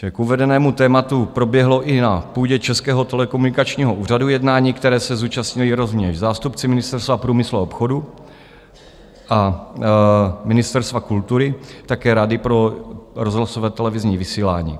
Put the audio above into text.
K uvedenému tématu proběhlo i na půdě Českého telekomunikačního úřadu jednání, kterého se zúčastnili rovněž zástupci Ministerstva průmyslu a obchodu a Ministerstva kultury, také Rady pro rozhlasové a televizní vysílání.